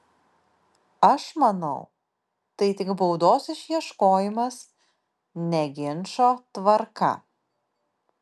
aš manau tai tik baudos išieškojimas ne ginčo tvarka